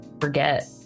forget